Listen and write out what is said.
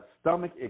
stomach